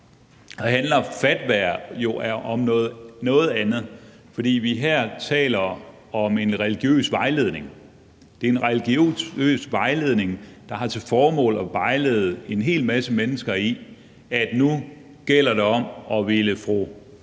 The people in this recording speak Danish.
handler fatwaer jo om noget andet, for her taler vi om en religiøs vejledning. Det er en religiøs vejledning, der har til formål at vejlede en hel masse mennesker i, at nu gælder det om at ville fru